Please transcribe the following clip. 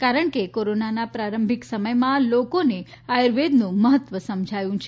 કારણકે કોરોનાનાં પ્રારંભિક સમયમાં લોકોને આયુર્વેદનું મહત્વ સમજાયું છે